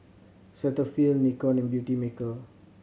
Cetaphil Nikon and Beautymaker